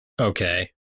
Okay